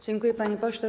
Dziękuję, panie pośle.